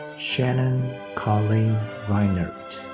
shannon colleen reinert.